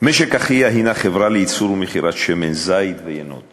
משק אחיה הנה חברה לייצור ומכירת שמן זית ויינות